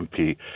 MP